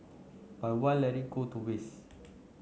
but why let it go to waste